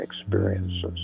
experiences